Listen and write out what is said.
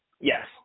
yes